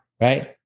right